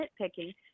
nitpicking